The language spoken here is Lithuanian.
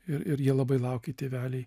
ir ir jie labai laukė tėveliai